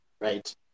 right